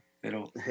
Pero